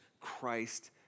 Christ